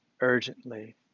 urgently